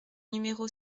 numéro